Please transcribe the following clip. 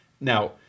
Now